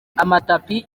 amatapi